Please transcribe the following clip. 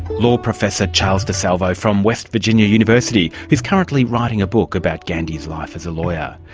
law professor charles disalvo from west virginia university, who's currently writing a book about gandhi's life as a lawyer.